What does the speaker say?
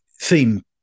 theme